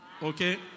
Okay